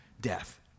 death